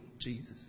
Jesus